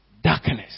Darkness